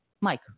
Mike